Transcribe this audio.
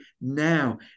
now